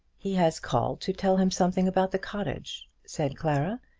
he has called to tell him something about the cottage, said clara,